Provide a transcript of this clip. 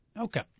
Okay